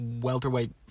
Welterweight